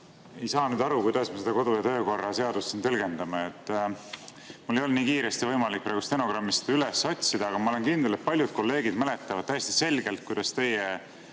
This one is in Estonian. ei saa nüüd aru, kuidas me seda kodu‑ ja töökorra seadust siin tõlgendame. Mul ei olnud nii kiiresti võimalik seda praegu stenogrammist üles otsida, aga ma olen kindel, et paljud kolleegid mäletavad täiesti selgelt, kuidas teie